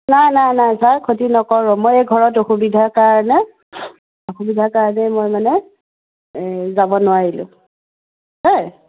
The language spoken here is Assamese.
নাই নাই নাই ছাৰ ক্ষতি নকৰোঁ মই এই ঘৰত অসুবিধাৰ কাৰণে অসুবিধাৰ কাৰণে মই মানে যাব নোৱাৰিলোঁ দেই